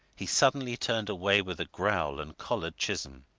he suddenly turned away with a growl and collared chisholm.